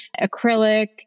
acrylic